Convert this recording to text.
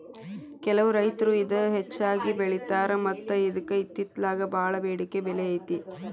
ಕೆಲವು ರೈತರು ಇದ ಹೆಚ್ಚಾಗಿ ಬೆಳಿತಾರ ಮತ್ತ ಇದ್ಕ ಇತ್ತಿತ್ತಲಾಗ ಬಾಳ ಬೆಡಿಕೆ ಬೆಲೆ ಐತಿ